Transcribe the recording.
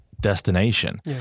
destination